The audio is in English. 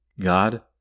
God